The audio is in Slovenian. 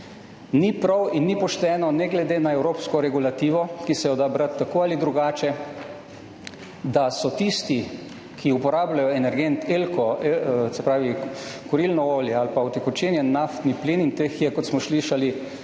Ni prav in ni pošteno, ne glede na evropsko regulativo, ki se jo da brati tako ali drugače, da so tisti, ki uporabljajo energent ELKO, se pravi kurilno olje, ali pa utekočinjen naftni plin, in teh je, kot smo slišali,